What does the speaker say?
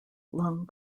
lung